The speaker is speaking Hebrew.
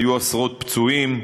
היו עשרות פצועים,